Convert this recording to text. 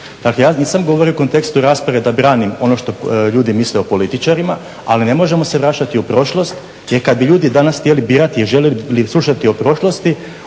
Dakle, ja nisam govorio u kontekstu rasprave da branim ono što ljudi misle o političarima, ali ne možemo se vraćati u prošlost. Jer kad bi ljudi danas htjeli birati i željeli slušati o prošlosti,